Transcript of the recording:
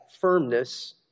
firmness